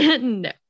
no